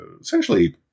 essentially